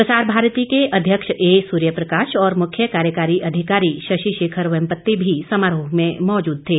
प्रसार भारती अध्यक्ष ए सूर्यप्रकाश और मुख्य कार्यकारी अधिकारी शशि शेखर वेम्पति भी समारोह में मौजूद थे